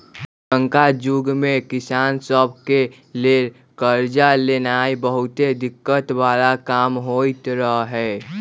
पुरनका जुग में किसान सभ के लेल करजा लेनाइ बहुते दिक्कत् बला काम होइत रहै